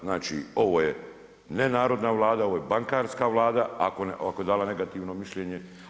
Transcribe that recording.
Znači ovo je nenarodna Vlada, ovo je bankarska Vlada ako je dala negativno mišljenje.